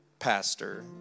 pastor